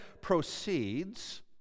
proceeds